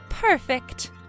Perfect